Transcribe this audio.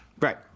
right